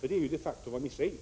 Det är de facto vad ni säger.